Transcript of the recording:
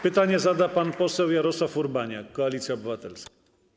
Pytanie zada pan poseł Jarosław Urbaniak, Koalicja Obywatelska.